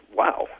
wow